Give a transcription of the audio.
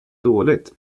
dåligt